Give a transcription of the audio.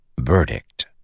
verdict